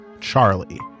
Charlie